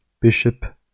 Bishop